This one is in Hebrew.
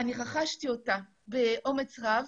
רכשתי אותה באומץ רב.